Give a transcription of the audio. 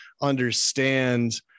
understand